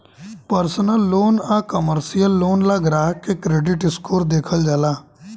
personal loan आ commercial loan ला ग्राहक के क्रेडिट स्कोर देखल जाला